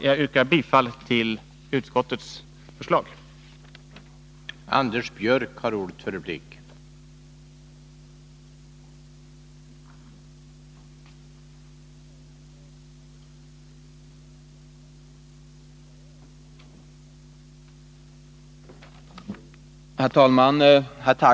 Jag yrkar bifall till utskottets hemställan.